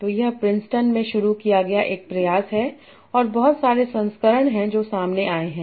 तो यह प्रिंसटन में शुरू किया गया एक प्रयास है और बहुत सारे संस्करण हैं जो सामने आए हैं